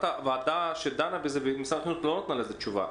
הוועדה שדנה בזה במשרד החינוך לא נתנה לזה תשובה.